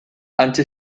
hantxe